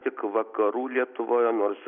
tik vakarų lietuvoje nors